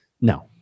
No